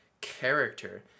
character